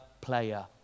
player